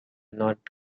not